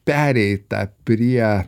pereita prie